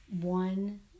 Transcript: one